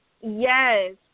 Yes